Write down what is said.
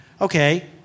Okay